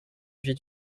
vie